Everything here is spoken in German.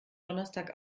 donnerstag